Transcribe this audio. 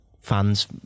fans